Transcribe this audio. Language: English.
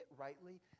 rightly